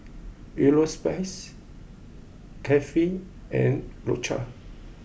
Europace Carefree and Loacker